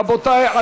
רבותי.